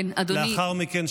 לאחר מכן,